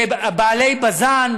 שבעלי בז"ן